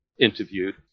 interviewed